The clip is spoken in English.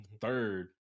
third